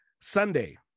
Sunday